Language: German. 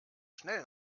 schnell